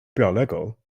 biolegol